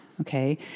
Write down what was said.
Okay